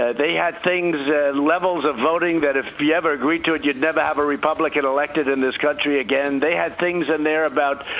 ah they had things levels of voting that if we ever agreed to it, you'd never have a republican elected in this country again. they had things in there about,